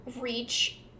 reach